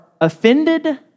offended